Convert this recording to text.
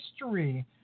history